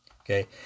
okay